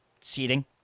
seating